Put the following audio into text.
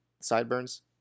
sideburns